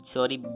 Sorry